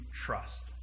trust